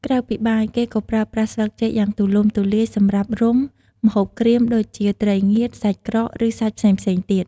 ក្រៅពីបាយ គេក៏ប្រើប្រាស់ស្លឹកចេកយ៉ាងទូលំទូលាយសម្រាប់រុំ ម្ហូបក្រៀម ដូចជា ត្រីងៀត សាច់ក្រក ឬសាច់ផ្សេងៗទៀត។